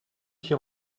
qui